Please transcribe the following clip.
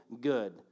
good